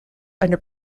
under